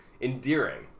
endearing